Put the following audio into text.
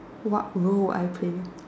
what role I would play